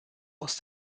aus